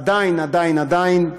עדיין עדיין עדיין,